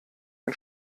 ein